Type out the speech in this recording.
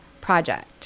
project